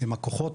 עם הכוחות,